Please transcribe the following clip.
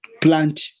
plant